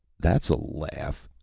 that's a laugh,